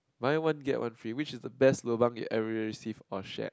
buy one get one free which is the best lobang you've ever received or shared